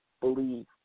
Believe